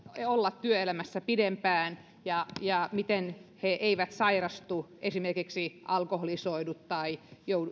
olla työelämässä pidempään ja miten he eivät sairastu esimerkiksi alkoholisoidu tai